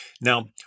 Now